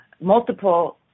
multiple